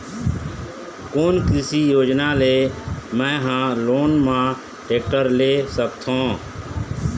कोन कृषि योजना ले मैं हा लोन मा टेक्टर ले सकथों?